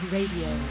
Radio